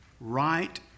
right